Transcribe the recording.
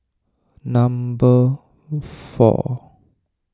number four